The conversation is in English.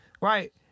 Right